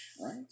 Right